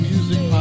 Music